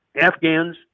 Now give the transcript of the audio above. Afghans